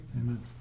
Amen